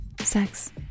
sex